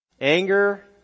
Anger